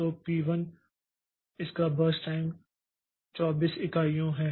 तो पी 1 इसका burst time 24 इकाइयों है